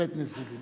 בהחלט נזילים.